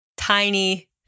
tiny